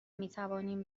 میتوانیم